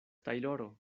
tajloro